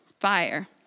fire